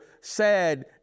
sad